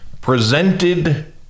presented